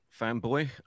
fanboy